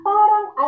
Parang